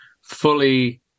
fully